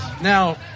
Now